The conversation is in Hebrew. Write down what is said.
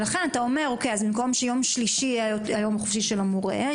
אתה אומר: במקום שיום שלישי יהיה היום החופשי של המורה,